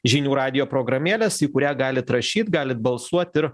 žinių radijo programėlės į kurią galit rašyt galit balsuot ir